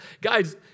Guys